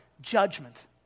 judgment